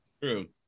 True